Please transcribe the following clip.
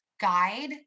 guide